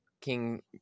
king